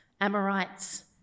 Amorites